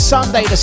Sunday